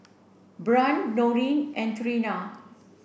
Brant Noreen and Trina